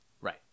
Right